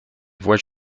voies